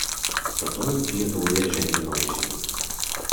statoil lietuvoje žengia naują žingsnį